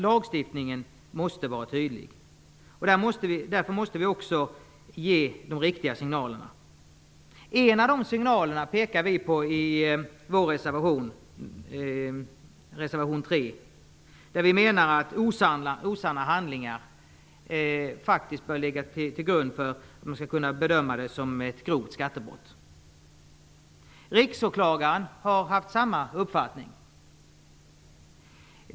Lagstiftningen måste vara tydlig. Därför måste vi också ge de riktiga signalerna. En av dessa signaler pekar vi på i vår reservation, reservation 3, där vi menar att osanna handlingar faktiskt bör ligga till grund för att man skall kunna bedöma brottet som ett grovt skattebrott. Riksåklagaren har haft samma uppfattning.